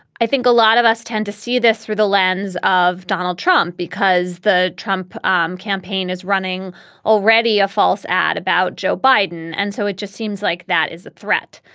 i think a lot of us tend to see this through the lens of donald trump because the trump um campaign is running already a false ad about joe biden. and so it just seems like that is a threat.